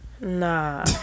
Nah